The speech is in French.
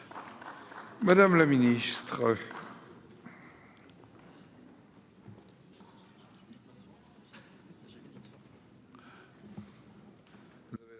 Madame la ministre.